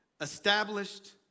established